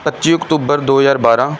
ਪੱਚੀ ਅਕਤੂਬਰ ਦੋ ਹਜ਼ਾਰ ਬਾਰ੍ਹਾਂ